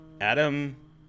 adam